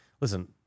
listen